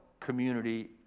community